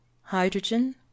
Hydrogen